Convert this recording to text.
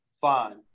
Fine